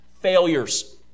failures